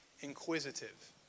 inquisitive